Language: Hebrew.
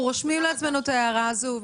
אנחנו רושמים לעצמנו את ההערה הזו,